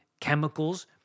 chemicals